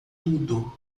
tudo